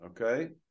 Okay